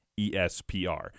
ESPR